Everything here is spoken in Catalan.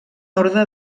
orde